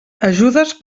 ajudes